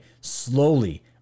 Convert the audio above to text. slowly